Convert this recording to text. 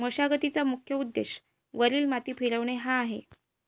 मशागतीचा मुख्य उद्देश वरील माती फिरवणे हा आहे